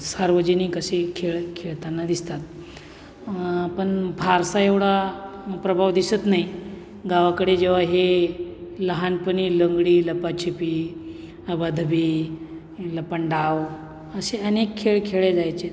सार्वजनिक असे खेळ खेळताना दिसतात पण फारसा एवढा प्रभाव दिसत नाही गावाकडे जेव्हा हे लहानपणी लंगडी लपाछपी अबाधबी लपंडाव असे अनेक खेळ खेळले जायचेत